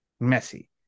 messy